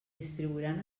distribuiran